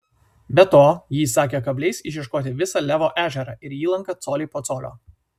be to ji įsakė kabliais išieškoti visą levo ežerą ir įlanką colį po colio